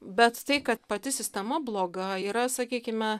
bet tai kad pati sistema bloga yra sakykime